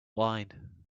wine